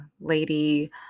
lady